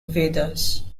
vedas